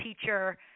teacher